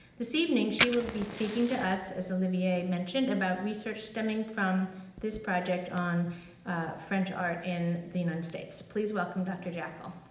this evening, she will be speaking to us, as olivier mentioned, about research stemming from this project on french art in the united states. please welcome dr. jackall.